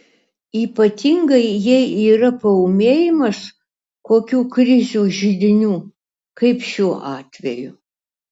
ypatingai jei yra paūmėjimas kokių krizių židinių kaip šiuo atveju